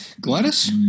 gladys